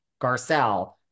garcelle